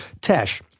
Tesh